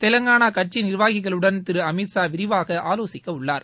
தெலங்கான கட்சி நீர்வாகிகளுடன் திரு அமித்ஷா விரிவாக ஆலோசிக்கவுள்ளார்